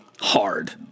hard